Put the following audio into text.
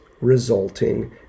resulting